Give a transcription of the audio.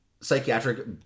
psychiatric